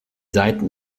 seiten